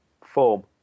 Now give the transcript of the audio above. form